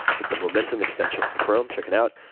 but the momentum extension for chrome, check it out.